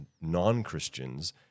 non-Christians